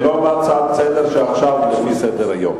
הצעה לסדר-היום, עכשיו לפי הסדר.